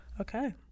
Okay